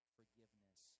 forgiveness